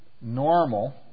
normal